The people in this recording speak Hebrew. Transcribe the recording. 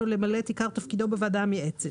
למלא את עיקר תפקידו בוועדה המייעצת.